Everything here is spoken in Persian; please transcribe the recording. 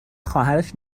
خواهرش